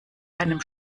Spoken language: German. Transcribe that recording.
einem